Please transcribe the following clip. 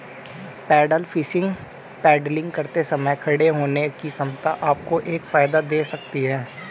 pedal fishing paddling करते समय खड़े होने की क्षमता आपको एक फायदा दे सकती है